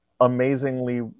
amazingly